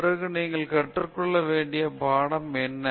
பிறகு நீங்கள் கற்றுக்கொள்ள வேண்டிய பாடம் என்ன